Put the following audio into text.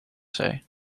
zee